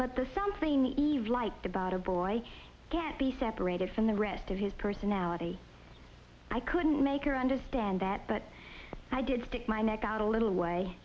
but the something the e u liked about a boy get be separated from the rest of his personality i couldn't make her understand that but i did stick my neck out a little way